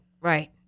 right